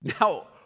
Now